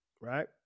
right